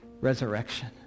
resurrection